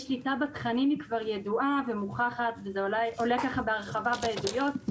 בתכנים היא כבר ידועה ומוכחת וזה עולה בהרחבה בעדויות.